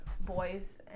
boys